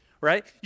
right